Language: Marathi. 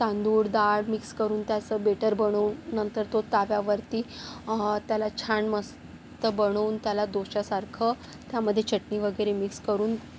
तांदूड डाळ मिक्स करून त्याचं बेटर बनवून नंतर तो तव्यावरती त्याला छान मस्त बनवून त्याला दोश्यासारखं त्यामध्ये चटणी वगैरे मिक्स करून